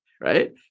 right